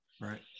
Right